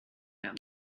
them